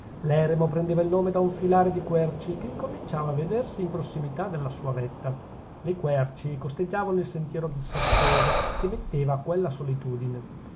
l'eremo prendeva il nome da un filare di querci che incominciava a vedersi in prossimità della sua vetta le querci costeggiavano il sentiero sassoso che metteva a quella solitudine